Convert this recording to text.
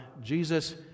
Jesus